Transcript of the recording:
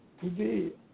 today